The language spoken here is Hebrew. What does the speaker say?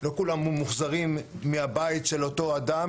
לא כולם ממוחזרים מהבית של אותו אדם,